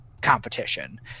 competition